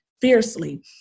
fiercely